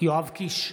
יואב קיש,